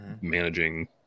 managing